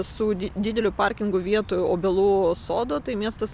su dideliu parkingo vietų obelų sodo tai miestas